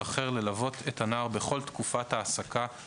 אחר ללוות את הנער בכל תקופת ההעסקה/התיווך.